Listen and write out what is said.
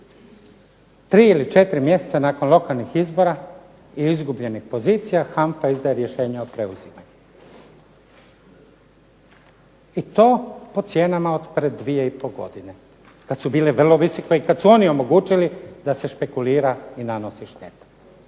Tri ili četiri mjeseca nakon izgubljenih izbora i izgubljenih pozicija HANFA izdaje rješenje o preuzimanju. I to po cijenama od pred dvije i pol godine kad su bile vrlo visoke i kad su oni omogućili da se špekulira i nanosi šteta.